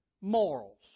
Morals